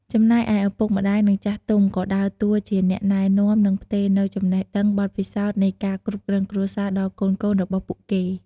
ចំណែកឯ ឪពុកម្តាយ និងចាស់ទុំក៏ដើរតួជាអ្នកណែនាំ និងផ្ទេរនូវចំណេះដឹងបទពិសោធន៍នៃការគ្រប់គ្រងគ្រួសារដល់កូនៗរបស់ពួកគេ។